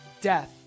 Death